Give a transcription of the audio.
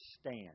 stand